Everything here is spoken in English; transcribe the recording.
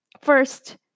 First